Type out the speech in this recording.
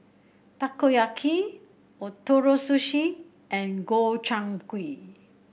Takoyaki Ootoro Sushi and Gobchang Gui